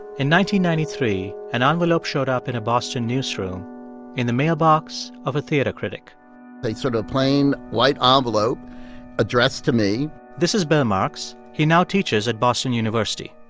ninety ninety three, an envelope showed up in a boston newsroom in the mailbox of a theater critic a sort of plain, white ah envelope addressed to me this is bill marx. he now teaches at boston university.